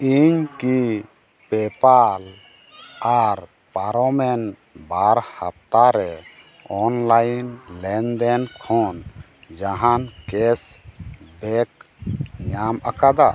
ᱤᱧ ᱠᱤ ᱯᱮᱯᱟᱞ ᱟᱨ ᱯᱟᱨᱚᱢᱮᱱ ᱵᱟᱨ ᱦᱟᱯᱛᱟ ᱨᱮ ᱚᱱᱞᱟᱭᱤᱱ ᱞᱮᱱᱫᱮᱱ ᱠᱷᱚᱱ ᱡᱟᱦᱟᱱ ᱠᱮᱥ ᱵᱮᱠ ᱧᱟᱢ ᱟᱠᱟᱫᱟ